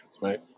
right